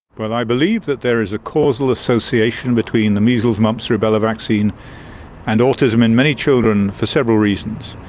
well, i believe that there is a causal association between the measles-mumps-rubella vaccine and autism in many children, for several reasons,